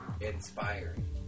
inspiring